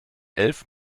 elf